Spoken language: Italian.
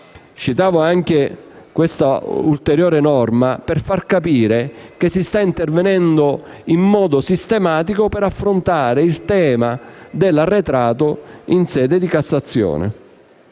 citato anche questa ulteriore norma per far capire che si sta intervenendo in modo sistematico per affrontare il tema dell'arretrato in sede di Cassazione.